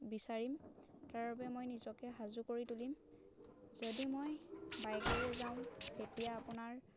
বিচাৰিম তাৰবাবে মই নিজকে সাজু কৰি তুলিম যদি মই বাইকেৰে যাওঁ তেতিয়া আপোনাৰ